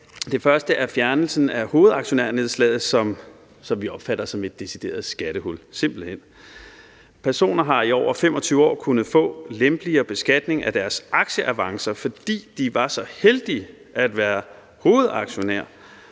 Det første er fjernelsen af hovedaktionærnedslaget, som vi opfatter som et decideret skattehul, simpelt hen. Personer har i over 25 år kunnet få lempeligere beskatning af deres aktieavancer, fordi de var så heldige at være hovedaktionærer